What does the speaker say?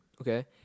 okay